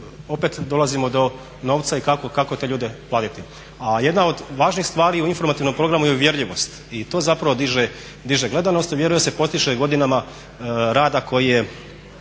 opet dolazimo do novca i kako te ljude platiti. A jedna od važnih stvari u informativnom programu je uvjerljivost i to zapravo diže gledanost. Uvjerljivost se postiže godinama rada koji je